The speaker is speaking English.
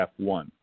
F1